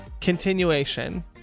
continuation